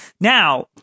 Now